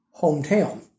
hometown